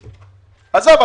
עזוב,